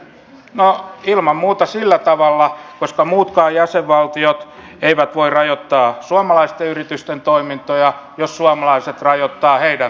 no ilman muuta sillä tavalla että muutkin jäsenvaltiot voivat rajoittaa suomalaisten yritysten toimintoja jos suomalaiset rajoittavat heidän toimintojaan